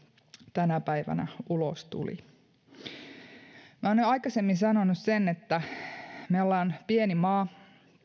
tänä päivänä ulos tuli olen jo aikaisemmin sanonut että me olemme pieni maa